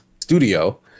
studio